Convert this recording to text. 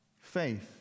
Faith